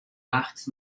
artes